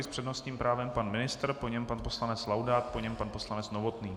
S přednostním právem pan ministr, po něm pan poslanec Laudát, po něm pan poslanec Novotný.